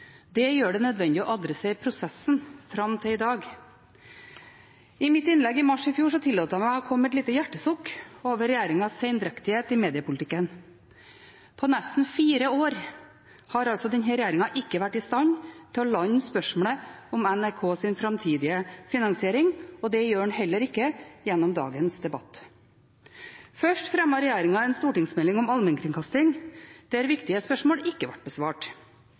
det gjør det nødvendig å adressere prosessen fram til i dag. I mitt innlegg i mars i fjor tillot jeg meg å komme med et lite hjertesukk over regjeringens sendrektighet i mediepolitikken. På nesten fire år har denne regjeringen ikke vært i stand til å lande spørsmålet om NRKs framtidige finansiering, og det gjør den heller ikke gjennom dagens debatt. Først fremmet regjeringen en stortingsmelding om allmennkringkasting, der viktige spørsmål ikke ble besvart.